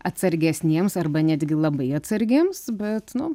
atsargesniems arba netgi labai atsargiems bet nu